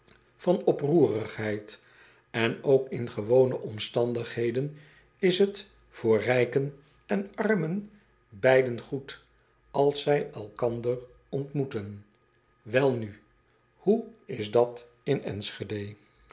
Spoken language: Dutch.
van oproerigheid n ook in gewone omstandigheden is het voor rijken en armen beiden goed als zij elkander ontmoeten elnu hoe is dat in nschede